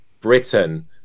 britain